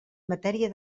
matèria